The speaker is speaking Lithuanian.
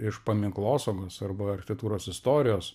iš paminklosaugos arba architektūros istorijos